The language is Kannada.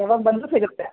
ತಗೊಂಡ್ಬಂದ್ರೆ ಸಿಗುತ್ತೆ